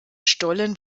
stollen